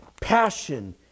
Passion